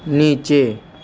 नीचे